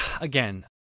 again